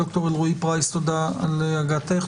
תודה, ד"ר ארעי פרייס, תודה על הגעתך.